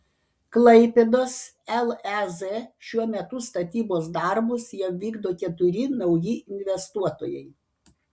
klaipėdos lez šiuo metu statybos darbus jau vykdo keturi nauji investuotojai